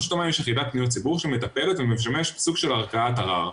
לרשות המים יש יחידת פניות ציבור שמטפלת ומשמשת סוג של ערכאת ערר.